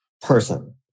person